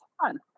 fun